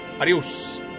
Adios